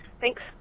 Thanks